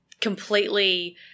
completely